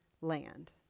land